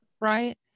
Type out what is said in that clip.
Right